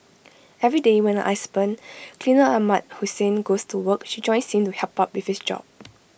every day when I husband cleaner Ahmad Hussein goes to work she joins him to help out with his job